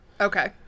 Okay